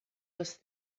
must